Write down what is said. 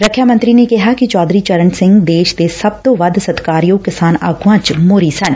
ਰੱਖਿਆ ਮੰਤਰੀ ਨੇ ਕਿਹਾ ਕਿ ਚੌਧਰੀ ਚਰਨ ਸਿੰਘ ਦੇਸ਼ ਦੇ ਸਭ ਤੋਂ ਵੱਧ ਸਤਿਕਾਰਯੋਗ ਕਿਸਾਨ ਆਗੂਆਂ ਚ ਮੋਹਰੀ ਸਨ